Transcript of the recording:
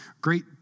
great